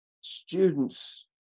students